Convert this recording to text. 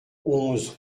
onze